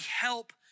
help